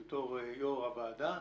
בתור יו"ר הוועדה,